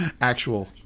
actual